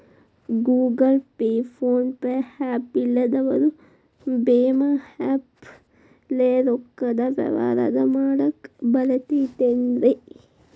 Google Pay, PhonePe app ಇಲ್ಲದವರು ಭೇಮಾ app ಲೇ ರೊಕ್ಕದ ವ್ಯವಹಾರ ಮಾಡಾಕ್ ಬರತೈತೇನ್ರೇ?